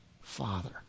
Father